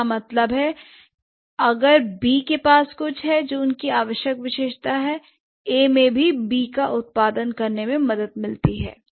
इसका मतलब है अगर बी के पास कुछ है जो उनकी आवश्यक विशेषता है ए में बी का उत्पादन करने में मदद मिलती है